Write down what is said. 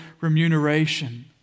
remuneration